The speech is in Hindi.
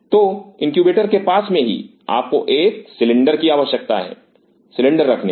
तो इनक्यूबेटर के पास में ही आपको एक सिलेंडर की आवश्यकता है सिलेंडर रखने की